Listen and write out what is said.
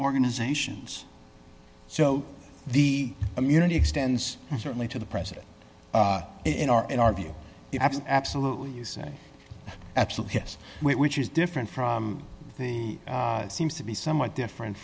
organizations so the immunity extends certainly to the president in our in our view absolutely you say absolutely yes which is different from the seems to be somewhat different